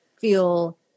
feel